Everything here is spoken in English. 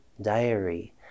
diary